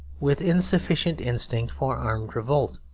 with insufficient instinct for armed revolt,